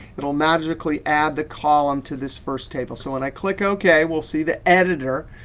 it'll magically add the column to this first table. so when i click ok, we'll see the editor.